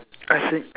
I think